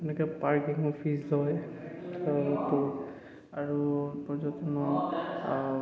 এনেকে পাৰ্কিঙৰ ফিজ হয় আৰু পৰ্যটন